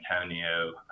Antonio